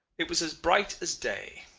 it was as bright as day.